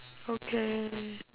okay